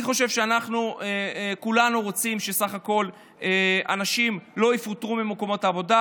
אני חושב שכולנו רוצים שבסך הכול אנשים לא יפוטרו ממקומות העבודה